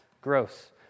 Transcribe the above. Gross